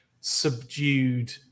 subdued